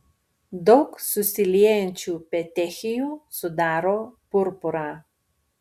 daug susiliejančių petechijų sudaro purpurą